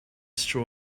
straw